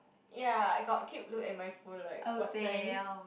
ya I got keep look at my phone like what time